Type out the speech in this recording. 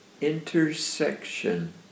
intersection